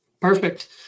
Perfect